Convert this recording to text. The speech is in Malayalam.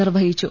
നിർവഹിച്ചു